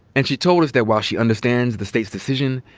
and she told us that, while she understands the state's decision,